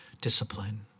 discipline